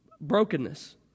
brokenness